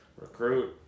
recruit